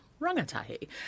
rangatahi